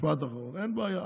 משפט אחרון, אין בעיה.